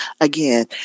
again